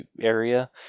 area